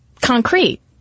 concrete